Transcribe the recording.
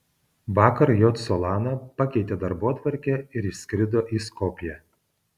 vakar j solana pakeitė darbotvarkę ir išskrido į skopję